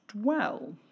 dwell